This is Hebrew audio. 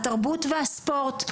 התרבות והספורט,